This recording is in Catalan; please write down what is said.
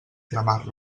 cremar